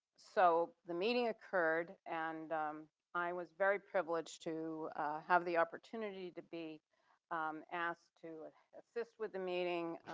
so, the meeting occurred, and i was very privileged to have the opportunity to be asked to assist with the meeting,